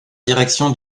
direction